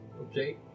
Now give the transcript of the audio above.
Okay